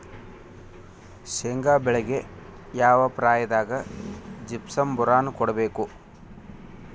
ಶೇಂಗಾ ಬೆಳೆಗೆ ಯಾವ ಪ್ರಾಯದಾಗ ಜಿಪ್ಸಂ ಬೋರಾನ್ ಕೊಡಬೇಕು?